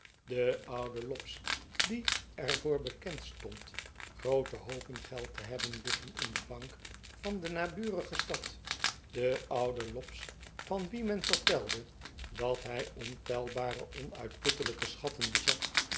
den ouden lobbs die er voor bekend stond groote hoopen geld te hebben liggen in de bank van de naburige stad den ouden lobbs van wien men vertelde dat hij ontelbare onuitputtelijke schatten bezat